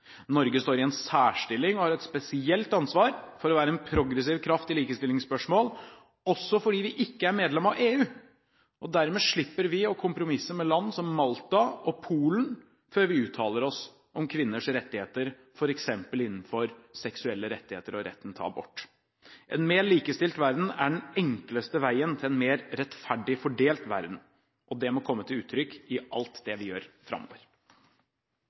Norge står i en særstilling, og har et spesielt ansvar for å være en progressiv kraft i likestillingsspørsmål, også fordi vi ikke er medlem av EU. Dermed slipper vi å kompromisse med land som Malta og Polen før vi uttaler oss om f.eks. kvinners seksuelle rettigheter og retten til abort. En mer likestilt verden er den enkleste veien til en mer rettferdig fordelt verden – det må komme til uttrykk i alt vi gjør framover.